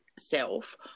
self